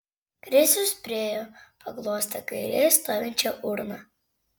krisius priėjo paglostė kairėje stovinčią urną